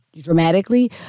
dramatically